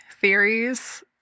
theories